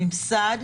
הממסד,